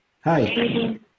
Hi